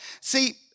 See